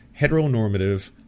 heteronormative